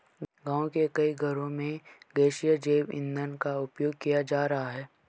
गाँव के कई घरों में गैसीय जैव ईंधन का उपयोग किया जा रहा है